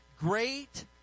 Great